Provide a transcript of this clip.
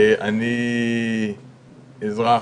אני אזרח,